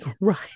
Right